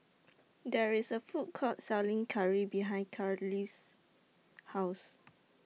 There IS A Food Court Selling Curry behind Carolee's House